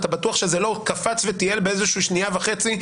אתה בטוח שזה לא קפץ וטייל באיזשהו שנייה וחצי,